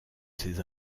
ces